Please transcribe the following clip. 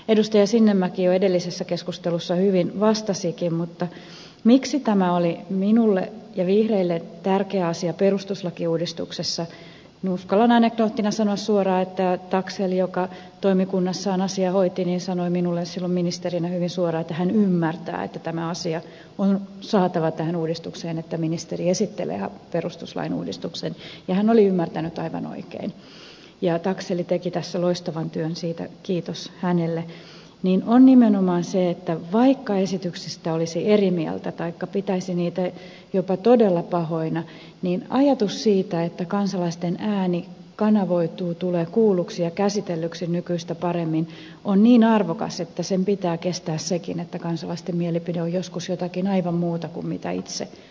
edustaja sinnemäki jo edellisessä keskustelussa hyvin vastasikin mutta syy miksi tämä oli minulle ja vihreille tärkeä asia perustuslakiuudistuksessa uskallan anekdoottina sanoa suoraan että taxell joka toimikunnassaan asiaa hoiti sanoi minulle silloin ministerinä hyvin suoraan että hän ymmärtää että tämä asia on saatava tähän uudistukseen että ministeri esittelee perustuslain uudistuksen ja hän oli ymmärtänyt aivan oikein ja taxell teki tässä loistavan työn siitä kiitos hänelle on nimenomaan se että vaikka esityksistä olisi eri mieltä taikka pitäisi niitä jopa todella pahoina niin ajatus siitä että kansalaisten ääni kanavoituu tulee kuulluksi ja käsitellyksi nykyistä paremmin on niin arvokas että sen pitää kestää sekin että kansalaisten mielipide on joskus jotakin aivan muuta kuin mitä itse ajattelee